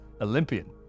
Olympian